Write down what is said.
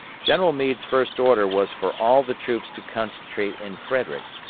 general meade's first order was for all the troops to concentrate in frederick,